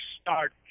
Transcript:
start